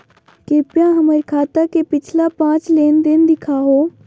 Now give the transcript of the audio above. कृपया हमर खाता के पिछला पांच लेनदेन देखाहो